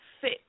fit